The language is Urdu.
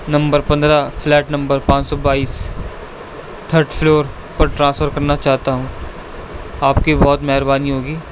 نمبر پندرہ فلیٹ نمبر پان سو بائیس تھرڈ فلور پر ٹرانسفر کرنا چاہتا ہوں آپ کی بہت مہربانی ہوگی